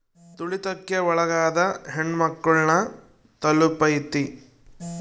ತುಳಿತಕ್ಕೆ ಒಳಗಾದ ಹೆಣ್ಮಕ್ಳು ನ ತಲುಪೈತಿ